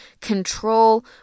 control